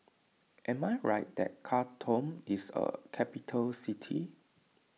am I right that Khartoum is a capital city